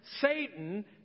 Satan